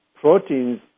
proteins